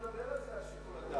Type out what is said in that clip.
אף אחד לא מדבר על זה, על שיקול הדעת.